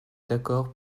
d’accord